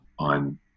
on